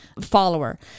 follower